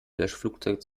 löschflugzeug